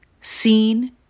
seen